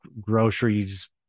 groceries